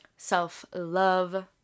self-love